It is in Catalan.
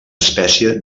espècie